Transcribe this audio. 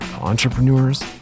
entrepreneurs